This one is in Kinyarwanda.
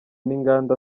n’inganda